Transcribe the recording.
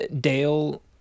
Dale